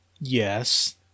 Yes